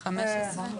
15?